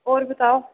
होर बताओ